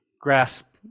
grasp